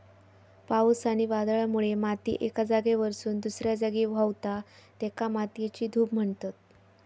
पावस आणि वादळामुळे माती एका जागेवरसून दुसऱ्या जागी व्हावता, तेका मातयेची धूप म्हणतत